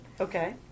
Okay